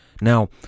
Now